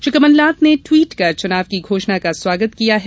Shri Kamal Nath tweet ट्वीट कर चुनाव की घोषणा का स्वागत किया है